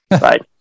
right